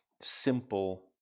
simple